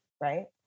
Right